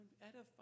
edifying